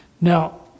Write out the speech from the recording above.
Now